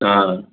हा